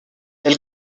elle